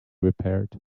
repaired